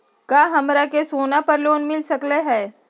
का हमरा के सोना पर लोन मिल सकलई ह?